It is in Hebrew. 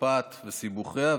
שפעת וסיבוכיה,